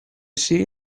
see